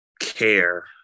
care